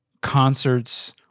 concerts